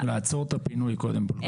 לעצור את הפינוי, קודם כל.